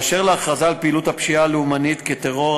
באשר להכרזה על פעילות הפשיעה הלאומנית כטרור,